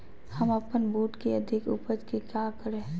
हम अपन बूट की अधिक उपज के क्या करे?